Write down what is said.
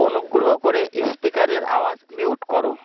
অনুগ্রহ করে স্পিকারের আওয়াজ মিউট করো